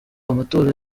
amatora